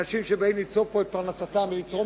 אנשים שבאים למצוא פה את פרנסתם ולתרום